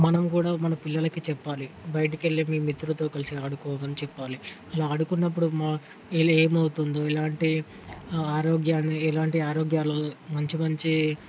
మనం కూడా మన పిల్లలకి చెప్పాలి బయటకెళ్ళి మీ మిత్రులతో కలిసి ఆడుకో అని చెప్పాలి అలా ఆడుకున్నప్పుడు ఏమవుతుందో ఇలాంటి ఆరోగ్యం ఇలాంటి ఆరోగ్యాలు మంచిమంచి